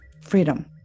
freedom